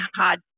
hard